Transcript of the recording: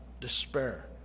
despair